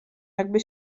jakby